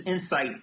insight